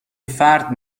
فرد